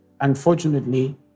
Unfortunately